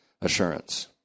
assurance